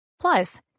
Plus